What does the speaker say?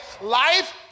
Life